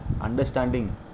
understanding